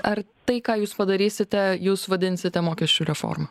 ar tai ką jūs padarysite jūs vadinsite mokesčių reforma